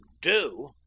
Do